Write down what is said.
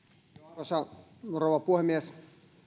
arvoisa rouva puhemies